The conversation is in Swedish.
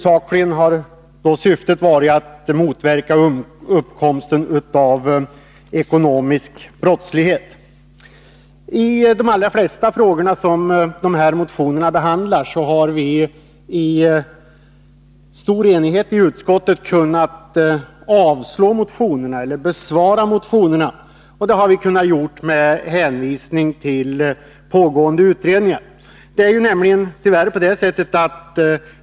Syftet har huvudsakligen varit att motverka uppkomsten av ekonomisk brottslighet. I de allra flesta frågor som motionerna behandlar har vi i utskottet i stor enighet kunnat avstyrka motionskraven eller besvara motionerna, och vi har kunnat göra det med hänvisning till pågående utredningar.